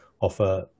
offer